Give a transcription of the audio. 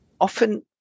Often